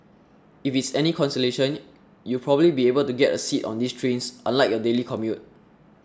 if it's any consolation you'll probably be able to get a seat on these trains unlike your daily commute